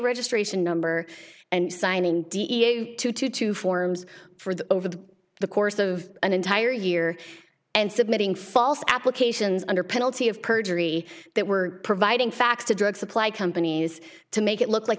registration number and signing d e a two to two forms for the over the course of an entire year and submitting false applications under penalty of perjury that were providing facts to drug supply companies to make it look like